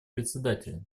председателя